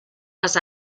les